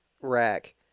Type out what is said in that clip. rack